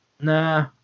Nah